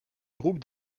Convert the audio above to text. groupe